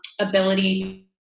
ability